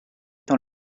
dans